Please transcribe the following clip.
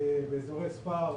באזורי ספר,